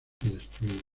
destruidas